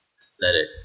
aesthetic